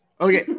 Okay